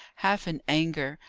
half in anger,